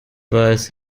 weiß